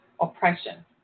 oppression